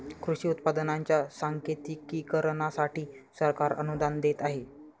कृषी उत्पादनांच्या सांकेतिकीकरणासाठी सरकार अनुदान देत आहे